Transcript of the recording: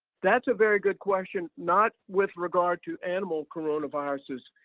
that's a very good question not with regard to animal coronaviruses,